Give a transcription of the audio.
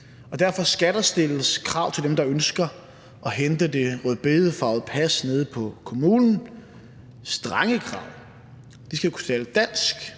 Derfor skal der stilles krav til dem, der ønsker at hente det rødbedefarvede pas nede på kommunen – og det skal være strenge